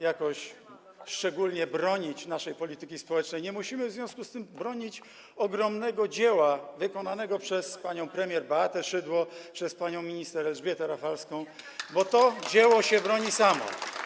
jakoś szczególnie bronić naszej polityki społecznej, nie musimy w związku z tym bronić ogromnego dzieła wykonanego przez panią premier Beatę Szydło, przez panią minister Elżbietę Rafalską, bo to dzieło się broni samo.